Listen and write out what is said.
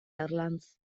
erlanz